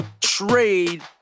trade